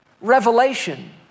revelation